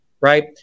right